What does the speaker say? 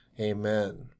Amen